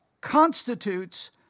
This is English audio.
constitutes